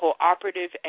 cooperative